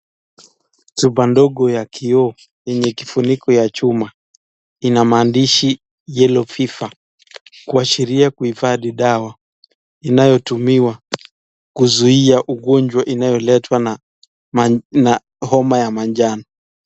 Chupa ndogo ya kiyoo yenye kifuniko ya chuma yenye maandishi yellow fever Kuashiria kuifathi dawa inayo tumiwa kuzuia ugonjwa unaoletwa na homa ya manjano.